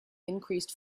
increased